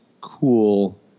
cool